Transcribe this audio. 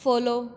follow